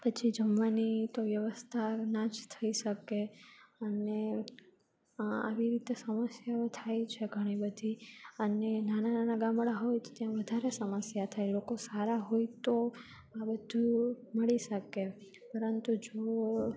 પછી જમવાની તો વ્યવસ્થા ના જ થઈ શકે અને આવી રીતે સમસ્યાઓ થાય છે ઘણીબધી અને નાના નાના ગામડા હોય તો ત્યાં વધારે સમસ્યા થાય લોકો સારા હોય તો આ બધું મળી શકે પરંતુ જો